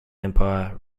empire